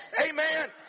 Amen